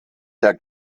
der